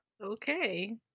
Okay